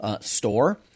store